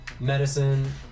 medicine